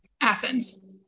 Athens